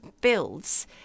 builds